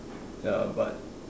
ya but